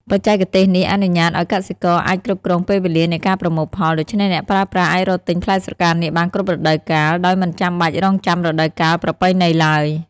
បច្ចេកទេសនេះអនុញ្ញាតឱ្យកសិករអាចគ្រប់គ្រងពេលវេលានៃការប្រមូលផល ដូច្នេះអ្នកប្រើប្រាស់អាចរកទិញផ្លែស្រកានាគបានគ្រប់រដូវកាល ដោយមិនចាំបាច់រង់ចាំរដូវកាលប្រពៃណីឡើយ។